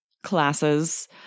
classes